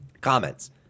comments